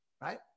right